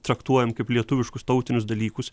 traktuojam kaip lietuviškus tautinius dalykus